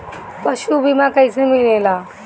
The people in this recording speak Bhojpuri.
पशु बीमा कैसे मिलेला?